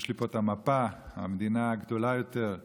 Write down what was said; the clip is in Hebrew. יש לי פה את המפה, המדינה הגדולה יותר היא